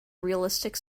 realistic